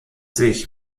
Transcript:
sich